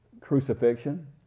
crucifixion